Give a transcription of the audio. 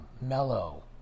mellow